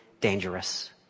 dangerous